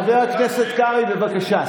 חבר הכנסת קרעי, בבקשה.